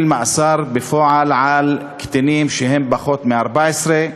מאסר בפועל על קטינים שהם בני פחות מ-14,